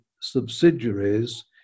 subsidiaries